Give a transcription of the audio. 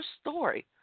story